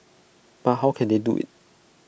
but how can they do IT